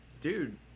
dude